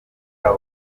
aba